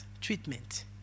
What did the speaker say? treatment